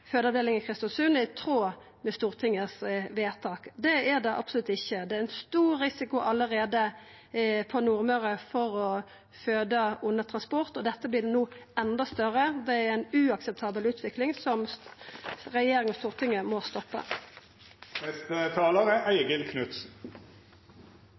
fødeavdelinga i Kristiansund er i tråd med stortingsvedtaket. Det er det absolutt ikkje. Det er allereie ein stor risiko på Nordmøre for å føda under transport, og den risikoen vert no enda større. Det er ei uakseptabel utvikling som regjeringa og Stortinget må stoppa. Vi som bor i Bergen, er